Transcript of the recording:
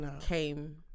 came